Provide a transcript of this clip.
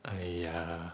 !aiya!